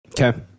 okay